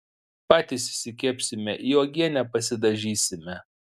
patys išsikepsime į uogienę pasidažysime